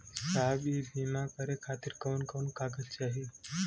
साहब इ बीमा करें खातिर कवन कवन कागज चाही?